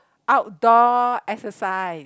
outdoor exercise